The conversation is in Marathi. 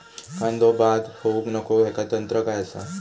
कांदो बाद होऊक नको ह्याका तंत्र काय असा?